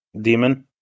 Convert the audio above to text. demon